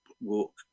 walk